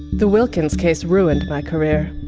the wilkins case ruined my career,